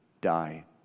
die